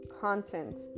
content